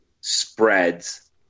spreads